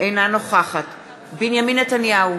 אינה נוכחת בנימין נתניהו,